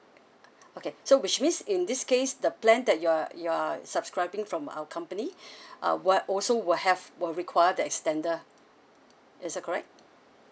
okay so which means in this case the plan that you are you are subscribing from our company uh what also will have will require the extender is that correct